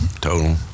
total